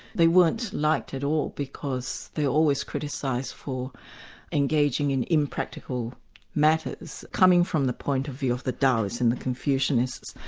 they weren't liked at all because they were always criticised for engaging in impractical matters, coming from the point of view of the taoists and the confucianists.